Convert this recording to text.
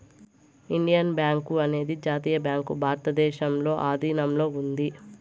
Indian bank అనేది జాతీయ bank భారతదేశంలో ఆధీనంలో ఉంది